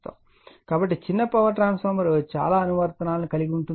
కాబట్టి చిన్న power transformer చాలా అనువర్తనాలను కలిగి ఉంది